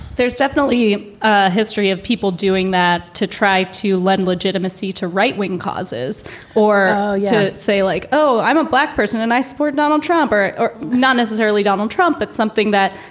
there's definitely a history of people doing that to try to lend legitimacy to right-wing causes or to say like, oh, i'm a black person and i support donald trump or or not necessarily donald trump. that's something that,